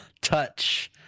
touch